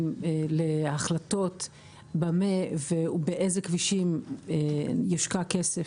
להחלטות במה ובאיזה כבישים יושקע כסף,